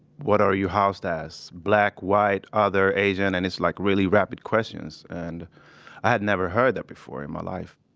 what are you housed as? black white, other, asian? and it's like really rapid questions. and i had never heard that before in my life.